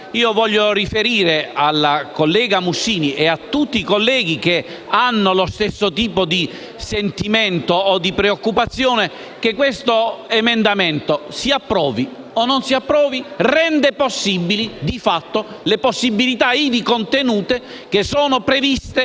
voglio riferire alla collega Mussini e a tutti i colleghi che hanno lo stesso tipo di sentimento o di preoccupazione che questo emendamento, si approvi o non si approvi, rende possibili, di fatto, le alternative ivi contenute, previste